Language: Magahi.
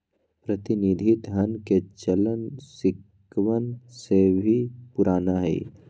प्रतिनिधि धन के चलन सिक्कवन से भी पुराना हई